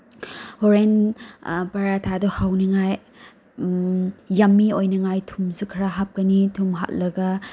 ꯍꯣꯔꯦꯟ ꯄꯔꯊꯥꯗꯣ ꯍꯥꯎꯅꯉꯥꯏ ꯌꯝꯃꯤ ꯑꯣꯏꯅꯉꯥꯏ ꯊꯨꯝꯁꯨ ꯈꯔ ꯍꯥꯞꯀꯅꯤ ꯊꯨꯝꯁꯨ ꯍꯥꯞꯂꯒ